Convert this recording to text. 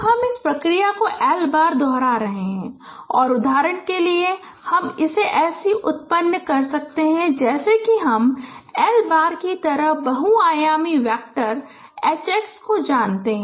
तो हम इस प्रक्रिया को L बार दोहरा रहे हैं और उदाहरण के लिए हम इसे ऐसे उत्पन्न कर सकते हैं जैसे कि हम L बार की तरह बहुआयामी वैक्टर hx को जानते हैं